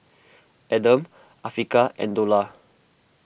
Adam Afiqah and Dollah